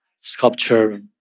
sculpture